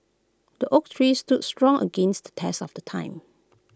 the oak tree stood strong against the test of the time